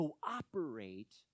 cooperate